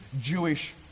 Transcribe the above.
Jewish